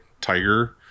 tiger